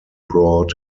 brought